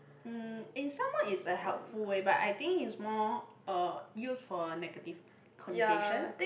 um in somewhat it's a helpful eh but I think it's more uh used for a negative connotation